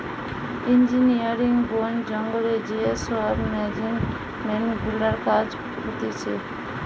engineering, বোন জঙ্গলে যে সব মেনেজমেন্ট গুলার কাজ হতিছে